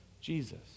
Jesus